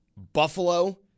Buffalo